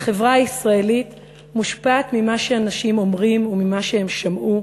"החברה הישראלית מושפעת ממה שאנשים אומרים וממה שהם שמעו.